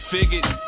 Figured